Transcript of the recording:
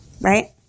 Right